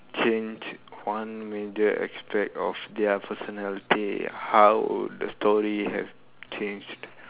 change one major aspect of their personality how would the story have changed